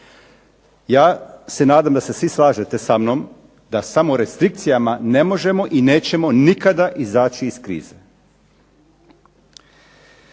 Ja se nadam da se svi slažete sa mnom da samo restrikcijama ne možemo i nećemo nikada izaći iz krize.